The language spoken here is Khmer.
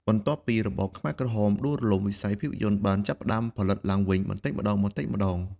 បន្ទាប់ពីរបបខ្មែរក្រហមដួលរលំ វិស័យភាពយន្តបានចាប់ផ្តើមផលិតឡើងវិញបន្តិចម្តងៗ។